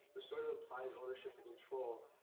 which sort of implies ownership and control.